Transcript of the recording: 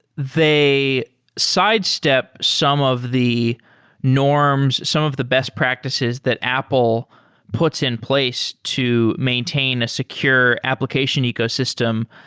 they sidestep some of the norms, some of the best practices that apple puts in place to maintain a secure application ecosystem.